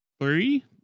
three